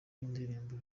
y’indirimbo